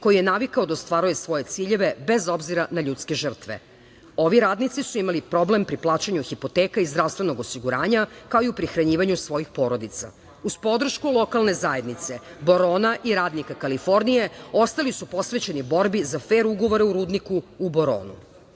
koji je navikao da ostvaruje svoje ciljeve bez obzira na ljudske žrtve. Ovi radnici su imali problem pri plaćanju hipoteka iz zdravstvenog osiguranja, kao i u prihranjivanju svojih porodica. Uz podršku lokalne zajednice Borona i radnika Kalifornije ostali su posvećeni borbi za fer ugovore u rudniku u Boronu. Rudnik